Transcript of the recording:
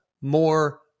more